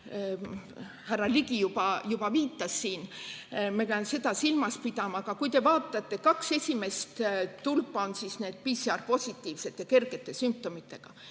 härra Ligi juba viitas siin. Me peame seda silmas pidama. Aga kui te vaatate, siis kaks esimest tulpa, see on siis need PCR-positiivsed ja kergete sümptomitega.